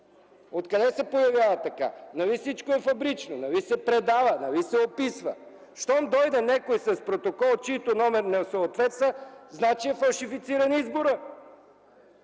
От къде се появя така? Нали всичко е фабрично, нали се предава, нали се описва? Щом дойде някой с протокол, чийто номер на съответства, значи е фалшифициран изборът!